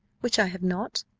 which i have not,